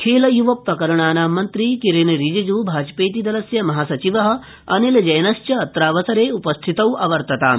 खेलय्वप्रकरणानां मन्त्री किरेन रिजिजू भाजपेतिदलस्य महासचिवः अनिलजैनश्च अत्रावसरे उपस्थितौ अवर्तताम्